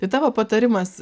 tai tavo patarimas